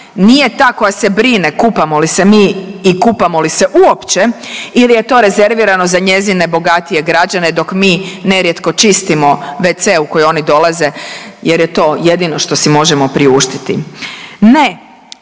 nije ta koja se brine kupamo li se mi i kupamo li se uopće ili je to rezervirano za njezine bogatije građane dok mi nerijetko čistimo wc u koji oni dolaze jer je to jedino što si možemo priuštiti. Ne,